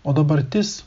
o dabartis